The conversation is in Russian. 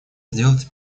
сделать